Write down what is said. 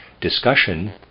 discussion